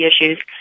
issues